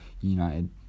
United